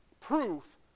proof